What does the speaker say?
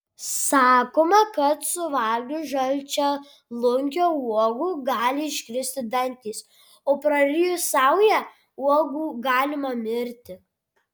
sakoma kad suvalgius žalčialunkio uogų gali iškristi dantys o prarijus saują uogų galima mirti